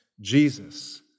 Jesus